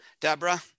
deborah